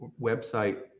website